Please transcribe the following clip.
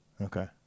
Okay